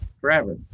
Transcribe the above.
forever